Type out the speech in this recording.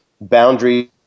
boundaries